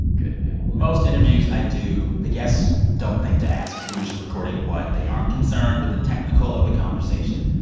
good, good. well. most interviews i do, the guests don't think to ask who's recording what. they aren't concerned with the technical of the conversation.